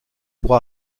pour